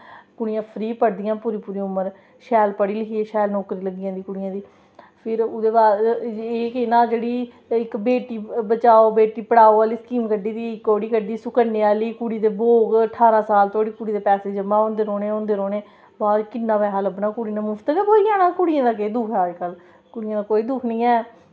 कुड़ियां फ्री पढ़दियां पूरी पूरी उमर शैल पढ़ी लिखियै शैल नौकरी लग्गी जंदी कुड़ियें दी फिर ओह्दे बाद केह् नांऽ जेह्ड़ी इक बेटी बचाओ बेटी पढ़ाओ आह्ली स्कीम कड्ढी दी इक ओह्कड़ी कड्ढी दी सुकन्नेआं आह्ली कुड़ी दे ब्योह्ग ठारां साल धोड़ी कुड़ी दे पैसे जमा होंदे रौह्ने होंदे रौह्ने बाद च किन्ना पैसा लब्भना कुड़ी नै मुफ्त गै ब्होई जाना कुड़ियें दा केह् दुख ऐ अजकल कुड़ियें दा कोई दुख निं ऐ